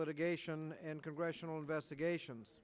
litigation and congressional investigations